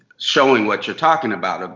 showing what you're talking about. ah